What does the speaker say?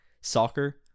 Soccer